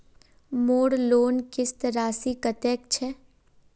मोर लोन किस्त राशि कतेक छे?